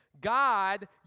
God